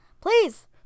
please